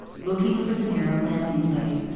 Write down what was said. looking for the narrow landing-place,